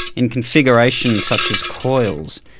in configurations such as coils,